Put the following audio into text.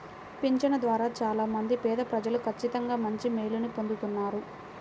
పింఛను ద్వారా చాలా మంది పేదప్రజలు ఖచ్చితంగా మంచి మేలుని పొందుతున్నారు